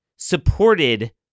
supported